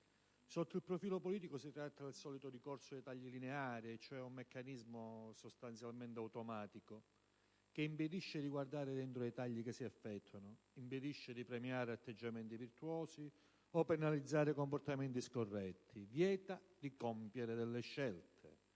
Sotto il profilo politico si tratta del solito ricorso ai tagli lineari, cioè ad un meccanismo sostanzialmente automatico che impedisce di guardare dentro ai tagli che si effettuano e di premiare atteggiamenti virtuosi o penalizzare comportamenti scorretti; un meccanismo che vieta di compiere delle scelte,